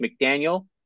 McDaniel